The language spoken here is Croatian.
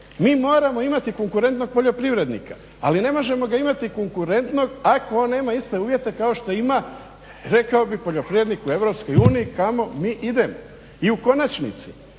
Mi moramo imati konkurentnog poljoprivrednika, ali ne možemo ga imati konkurentnog ako on nema iste uvjete kao što ima rekao bih poljoprivrednik u EU kamo mi idemo. I u konačnici,